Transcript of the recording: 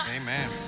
amen